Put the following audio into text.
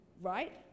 right